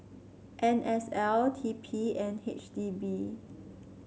N S L T P and H D B